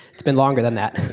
it's been longer than that.